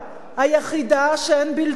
היחידה שאין בלתה,